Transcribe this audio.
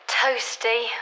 toasty